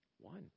One